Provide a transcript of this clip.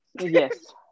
Yes